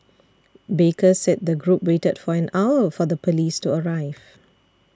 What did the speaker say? baker said the group waited for an hour for the police to arrive